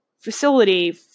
facility